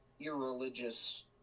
irreligious